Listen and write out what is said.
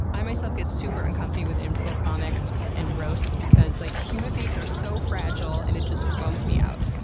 i myself get super uncomfy with insult comics and roasts because, like, human beings are so fragile and it just bums me out.